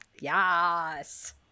Yes